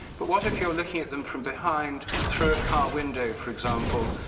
but what if you're looking at them from behind through a car window for example,